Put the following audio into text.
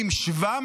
וולקני.